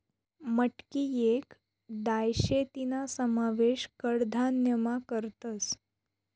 मटकी येक दाय शे तीना समावेश कडधान्यमा करतस